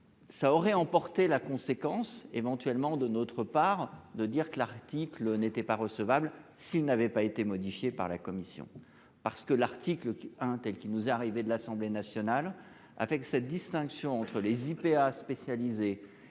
Ça aurait emporté la conséquence éventuellement de notre part de dire que l'article n'était pas recevable. S'il n'avait pas été modifié par la commission parce que l'article un tel qu'qui nous est arrivé de l'Assemblée nationale avec cette distinction entre les IPA spécialisés et les IPA